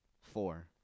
four